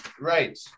right